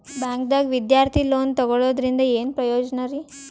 ಬ್ಯಾಂಕ್ದಾಗ ವಿದ್ಯಾರ್ಥಿ ಲೋನ್ ತೊಗೊಳದ್ರಿಂದ ಏನ್ ಪ್ರಯೋಜನ ರಿ?